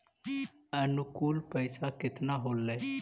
अनुकुल पैसा केतना होलय